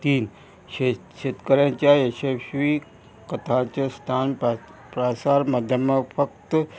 तीन शेत शेतकऱ्यांच्या यशस्वी कथाचें स्थान प्रा प्रासार माध्यम फक्त